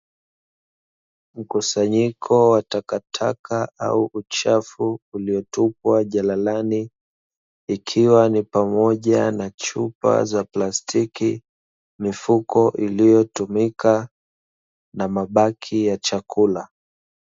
Mkusanyiko wa takataka au uchafu uliotupwa jalalani, ikiwa ni pamoja na: chupa za plastiki, mifuko iliyotumika na mabaki ya chakula.